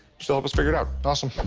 she'll have this figured out. awesome.